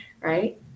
right